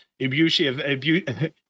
Ibushi